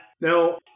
Now